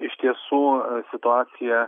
iš tiesų situacija